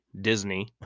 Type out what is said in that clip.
Disney